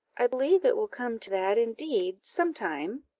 i believe it will come to that, indeed, some time.